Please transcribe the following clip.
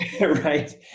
right